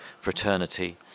fraternity